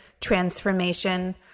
transformation